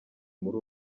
muri